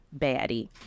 Baddie